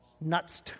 nuts